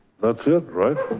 that's it right?